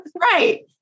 Right